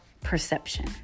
perception